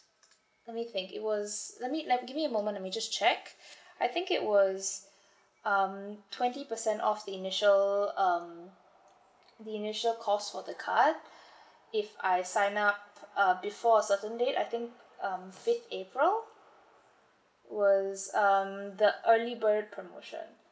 let me think it was let me let give me a moment let me just check I think it was um twenty percent offs the initial um the initial cost for the card if I sign up p~ uh before a certain date I think um fifth april it was um the early bird promotion